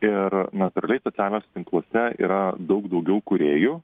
ir natūraliai socialiniuose tinkluose yra daug daugiau kūrėjų